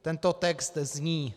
Tento text zní: